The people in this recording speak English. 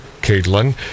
caitlin